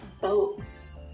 boats